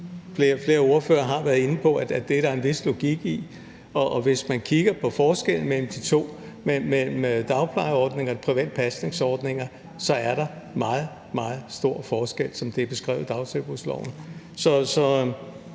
Flere ordførere har været inde på, at det er der en vis logik i, og hvis man kigger på forskellen mellem dagplejeordninger og private pasningsordninger, er der meget, meget stor forskel, som det er beskrevet i dagtilbudsloven.